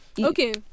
okay